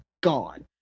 gone